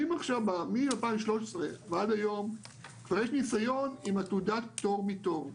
מ-2013 ועד היום כבר יש ניסיון עם תעודת הפטור מתור,